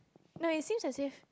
no it seems as if